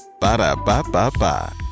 ba-da-ba-ba-ba